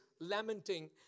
lamenting